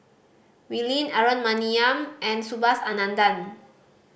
Wee Lin Aaron Maniam and Subhas Anandan